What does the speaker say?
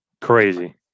Crazy